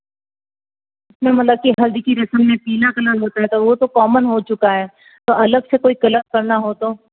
नहीं मतलब की हल्दी की रसम में पीला कलर होता है तो वो तो कॉमन हो चुका है तो अलग से कोई कलर करना हो तो